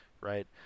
right